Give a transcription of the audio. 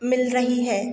मिल रही है